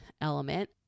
element